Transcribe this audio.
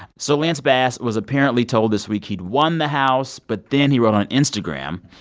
so lance bass was apparently told this week he'd won the house. but then he wrote on instagram,